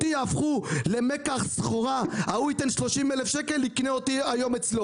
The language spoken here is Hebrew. אותי יהפכו למקח סחורה ההוא ייתן 30,000 שקל ויקנה אותי אליו,